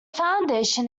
foundation